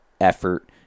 effort